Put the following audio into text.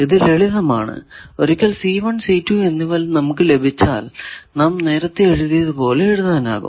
ഇത് ലളിതമാണ് ഒരിക്കൽ എന്നിവ നമുക്ക് ലഭിച്ചാൽ നാം നേരത്തെ എഴുതിയത് പോലെ എഴുതാനാകും